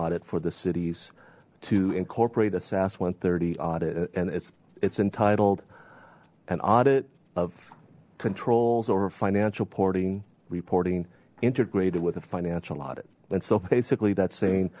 audit for the cities to incorporate a sass one hundred and thirty audit and it's it's entitled an audit of controls or financial porting reporting integrated with a financial audit and so basically that's saying